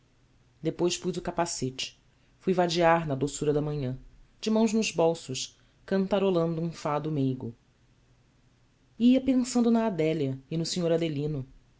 pus o capacete fui vadiar na doçura da manhã de mãos nos bolsos cantarolando um fado meigo e ia pensando na adélia e no senhor adelino